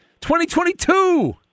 2022